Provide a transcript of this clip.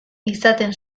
izaten